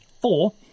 Four